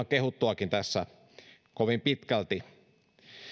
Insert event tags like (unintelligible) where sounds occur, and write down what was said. (unintelligible) kehuttuakin tässä kovin pitkälti